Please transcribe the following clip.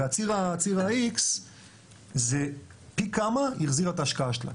וציר ה-X זה פי כמה היא החזירה את ההשקעה שלה.